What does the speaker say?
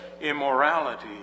immorality